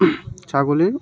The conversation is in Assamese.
ছাগলীৰ